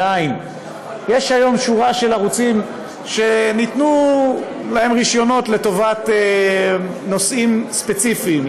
יש היום שורה של ערוצים שניתנו להם רישיונות לטובת נושאים ספציפיים,